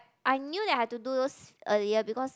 I knew that I have to do those earlier because